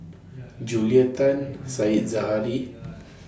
Julia Tan Said Zahari